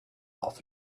off